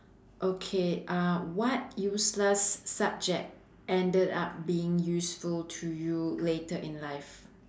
okay uh what useless subject ended up being useful to you later in life